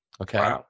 Okay